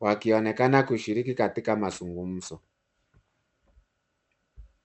,wakionekana kushiriki katika mazugumzo.